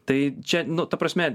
tai čia nu ta prasme